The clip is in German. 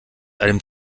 einem